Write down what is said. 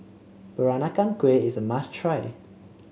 Peranakan Kueh is a must try